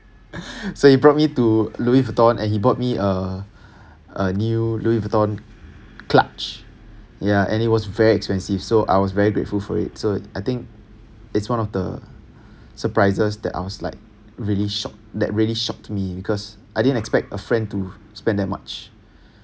so he brought me to louis vutton and he bought me a a new louis vutton clutch yeah and it was very expensive so I was very grateful for it so I think it's one of the surprises that I was like really shocked that really shocked me because I didn't expect a friend to spend that much